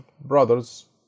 brothers